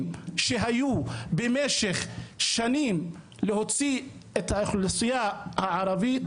שהיו במשך שנים להוציא את האוכלוסייה הערבית,